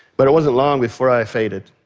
but it wasn't long before i faded.